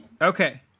okay